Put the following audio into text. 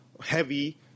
heavy